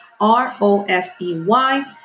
R-O-S-E-Y